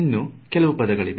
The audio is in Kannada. ಇನ್ನು ಕೆಲವು ಪದಗಳಿವೆ